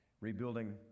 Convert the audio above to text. rebuilding